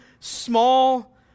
Small